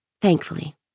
Thankfully